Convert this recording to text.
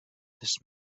this